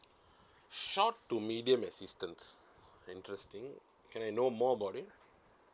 short to medium assistance interesting can I know more about it